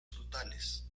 frutales